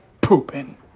pooping